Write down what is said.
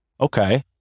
okay